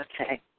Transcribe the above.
Okay